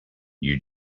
you